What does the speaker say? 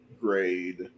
grade